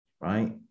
right